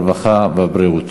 הרווחה והבריאות.